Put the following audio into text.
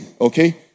okay